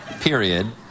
period